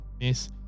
Miss